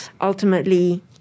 ultimately